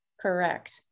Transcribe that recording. Correct